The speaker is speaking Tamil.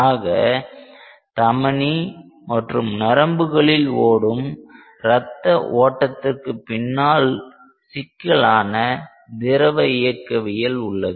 ஆக தமனி மற்றும் நரம்புகளில் ஓடும் ரத்த ஓட்டத்திற்கு பின்னால் சிக்கலான திரவ இயக்கவியல் உள்ளது